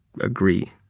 Agree